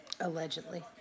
Allegedly